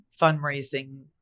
fundraising